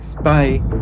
Bye